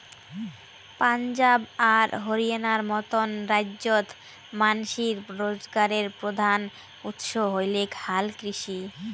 পাঞ্জাব আর হরিয়ানার মতন রাইজ্যত মানষির রোজগারের প্রধান উৎস হইলেক হালকৃষি